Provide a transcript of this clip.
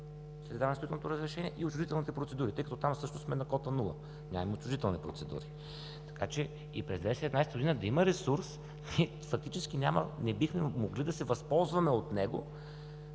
издаването на строителното разрешение и отчуждителните процедури. Тъй като там също сме на кота нула – нямаме отчуждителни процедури, така че и през 2017 г. да има ресурс – фактически не бихме могли да се възползваме от него.